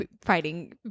fighting